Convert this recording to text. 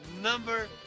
Number